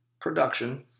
production